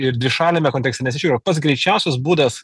ir dvišaliame kontekste mes iš tikro pats greičiausias būdas